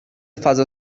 فضا